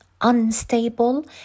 unstable